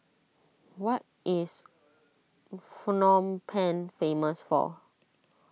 what is Phnom Penh famous for